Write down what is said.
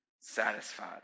satisfied